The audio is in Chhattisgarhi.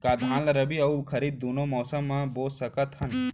का धान ला रबि अऊ खरीफ दूनो मौसम मा बो सकत हन?